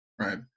right